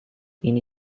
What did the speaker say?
ini